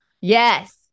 Yes